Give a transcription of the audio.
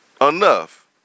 enough